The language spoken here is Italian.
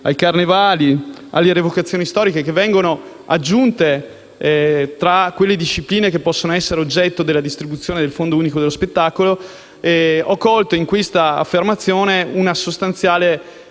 ai carnevali e alle rievocazioni storiche, che vengono aggiunte alle discipline che possono essere oggetto della distribuzione di tali fondi. Ho colto in questa affermazione una sostanziale